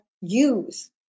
use